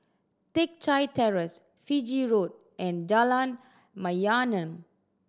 Teck Chye Terrace Fiji Road and Jalan Mayaanam